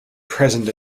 present